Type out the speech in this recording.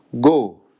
Go